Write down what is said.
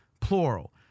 Plural